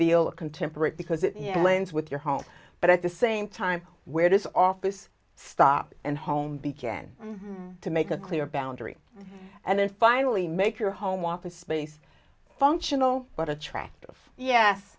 feel contemporary because it lands with your home but at the same time where does office stop and home began to make a clear boundary and then finally make your home office space functional but attractive yes